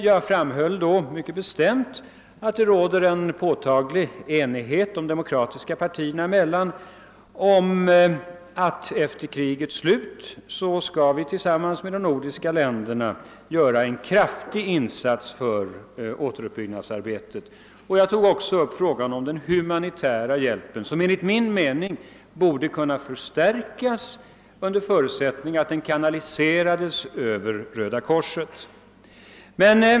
Jag framhöll emellertid mycket bestämt, att det råder en påtaglig enighet de demokratiska partierna emellan om att vi efter krigets slut skall tillsammans med de övriga nordiska länderna göra en kraftig insats för återuppbyggnadsarbetet. Jag tog också upp frågan om den humanitära hjälpen, som enligt min mening borde kunna förstärkas under förutsättning att den kanaliserades över Röda korset.